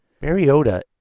Mariota